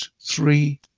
three